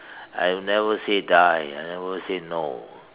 I will never say die I never say no